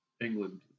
England